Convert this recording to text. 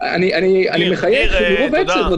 אני מחייך מרוב עצב.